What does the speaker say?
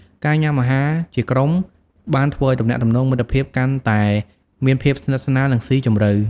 ការញ៉ាំអាហារជាក្រុមបានធ្វើឱ្យទំនាក់ទំនងមិត្តភាពកាន់តែមានភាពស្និទ្ធស្នាលនិងស៊ីជម្រៅ។